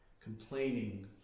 complaining